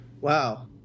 Wow